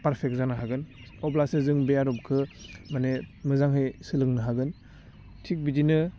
perfect जानो हागोन अब्लासो जों बे आदबखो माने मोजांहै सोलोंनो हागोन थिग बिदिनो